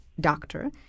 doctor